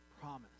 promise